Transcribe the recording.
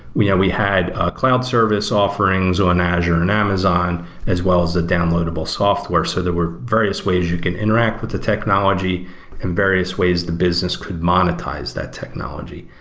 we yeah we had ah cloud service offerings on azure and amazon as well as the downloadable software. so there were various ways you can interact with the technology and various ways the business could monetize that technology,